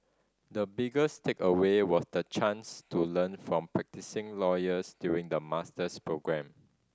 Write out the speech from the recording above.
the biggest takeaway was the chance to learn from practising lawyers during the master's programme